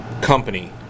company